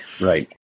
Right